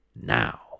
now